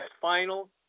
final